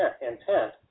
intent